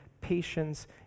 patience